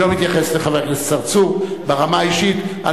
אני לא מתייחס לחבר הכנסת צרצור ברמה האישית,